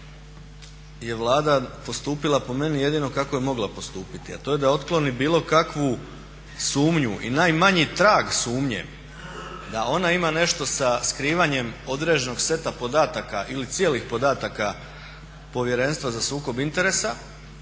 je Vlada postupila po meni jedino kako je mogla postupiti, a to je da otkloni bilo kakvu sumnju i najmanji trag sumnje da ona ima nešto sa skrivanjem određenog seta podataka ili cijelih podataka Povjerenstva za sukob interesa